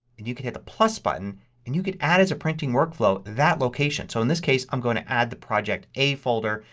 and you could hit the plus button and you could add as a printing workflow that location. so in this case i'm going to add the project a folder.